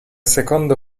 secondo